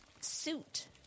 suit